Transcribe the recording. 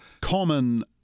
common